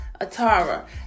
Atara